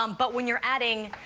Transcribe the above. um but when you are adding